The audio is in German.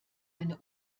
eine